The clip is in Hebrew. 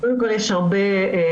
קדם כל, יש הרבה תלונות.